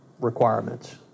requirements